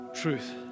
truth